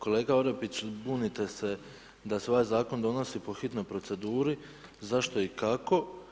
Kolega Orepić, bunite se da se ovaj Zakon donosi po hitnoj proceduri, zašto i kako.